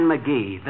McGee